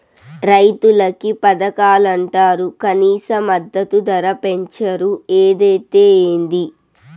రైతులకి పథకాలంటరు కనీస మద్దతు ధర పెంచరు ఏదైతే ఏంది